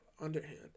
underhand